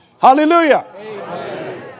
Hallelujah